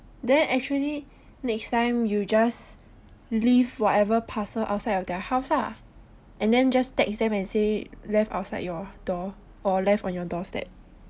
then actually next time you just leave whatever parcel outside of their house lah and then just text them and say left outside your door or left on your doorstep